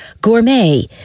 gourmet